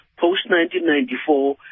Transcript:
Post-1994